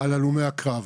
על הלומי הקרב.